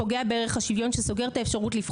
פוגע בערך השוויון שסוגר את האפשרות בפני